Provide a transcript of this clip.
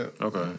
Okay